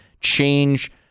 change